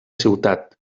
ciutat